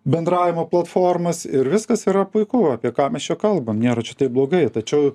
bendravimo platformas ir viskas yra puiku apie ką mes čia kalbam nėra čia taip blogai tačiau